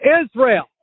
Israel